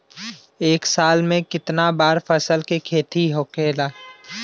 एक साल में कितना बार फसल के खेती होखेला?